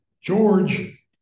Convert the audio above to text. George